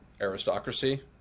aristocracy